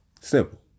Simple